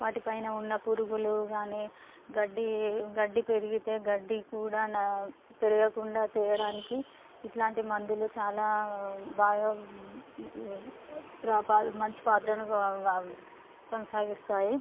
వాటి పైన ఉన్న పురుగులు కాని గడ్డి గడ్డి పెరిగితే గడ్డి కూడా నా పెరగకుండా చేయడానికి ఇట్లాంటి మందులు చాలా బాగా పాత్ర మంచి పాత్రను కొనసాగిస్తాయి